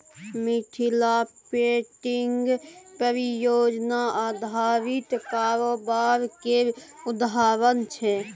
Mithila painting परियोजना आधारित कारोबार केर उदाहरण छै